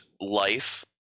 life